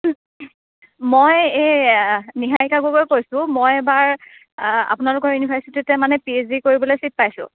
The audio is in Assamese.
মই এই নিহাৰীকা গগৈ কৈছোঁ মই এইবাৰ আপোনালোকৰ ইউনিভাৰ্ছিটিতে মানে পি এইচ ডি কৰিবলৈ চিট পাইছোঁ